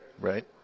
Right